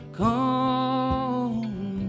come